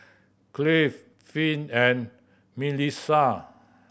Cleave Finn and Milissa